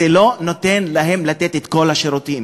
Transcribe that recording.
זה לא נותן להם לתת את כל השירותים,